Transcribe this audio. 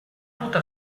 tuta